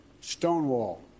stonewall